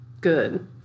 good